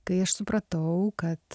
kai aš supratau kad